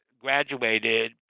graduated